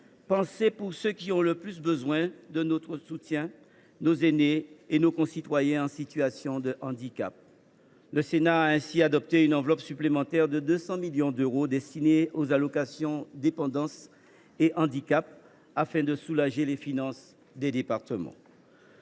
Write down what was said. pensées pour ceux qui ont le plus besoin de notre soutien : nos aînés et nos concitoyens en situation de handicap. Le Sénat a ainsi adopté une enveloppe supplémentaire de 200 millions d’euros, destinée aux allocations dépendance et handicap, afin de soulager les finances des départements.